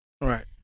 Right